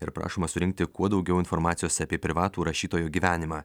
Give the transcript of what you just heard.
ir prašoma surinkti kuo daugiau informacijos apie privatų rašytojo gyvenimą